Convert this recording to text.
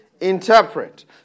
interpret